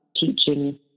teaching